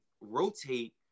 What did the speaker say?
rotate